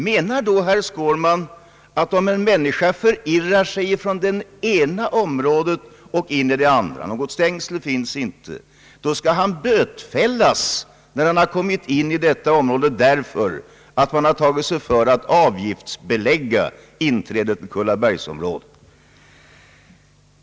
Menar då herr Skårman att om en människa förirrar sig från det ena området till det andra — något stängsel finns inte — skall hon bötfällas, därför att man tagit sig för att avgiftsbelägga tillträdet till Kullabergsområdet?